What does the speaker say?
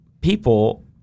people